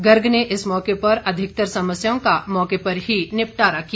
गर्ग ने इस मौके पर अधिकतर समस्याओं का मौके पर ही निपटारा किया